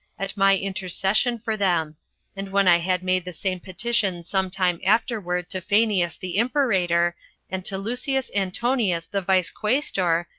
at my intercession for them and when i had made the same petition some time afterward to phanius the imperator, and to lucius antonius the vice-quaestor,